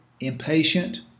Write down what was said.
impatient